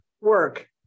work